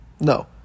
No